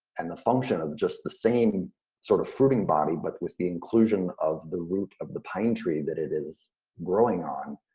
and the function of just the same sort of fruiting body, but with the inclusion of the root of the pine tree that it is growing on,